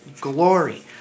glory